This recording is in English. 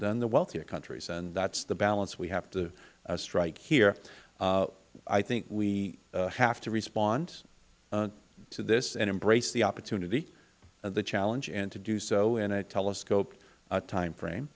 than the wealthier countries and that is the balance we have to strike here i think we have to respond to this and embrace the opportunity of the challenge and to do so in a telescoped time frame